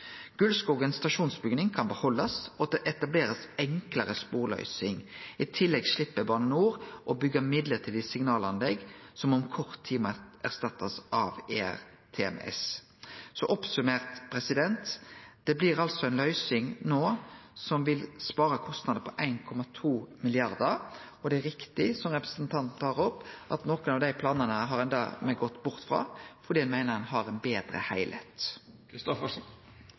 stasjonsbygning kan behaldast, og det blir etablert enklare sporløysing. I tillegg slepp Bane NOR å byggje midlertidig signalanlegg som om kort tid må erstattast av ERTMS. Summert opp: Det blir altså ei løysing no som vil spara kostnadar på 1,2 mrd. kr. Det er riktig som representanten tar opp, at ein dermed har gått bort frå nokon av dei planane fordi ein meiner ein har ein betre